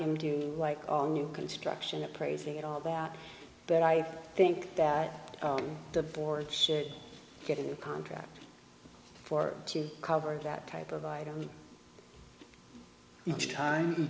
him do like on new construction appraising and all that but i think that the board should get a new contract for to cover that type of item each time you